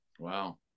Wow